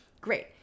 Great